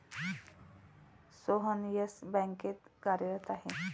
Sohan Yes बँकेत कार्यरत आहे